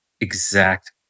exact